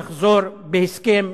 יחזור בהסכם,